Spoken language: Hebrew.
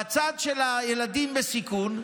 בצד של הילדים בסיכון,